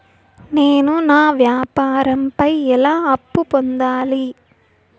నేను నా వ్యాపారం పై ఎలా అప్పు పొందాలి?